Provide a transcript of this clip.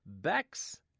Bex